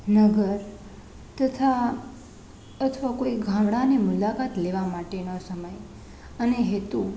નગર તથા અથવા કોઈ ગામડાની મુલાકાત લેવાં માટેનો સમય અને હેતુ